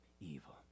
evil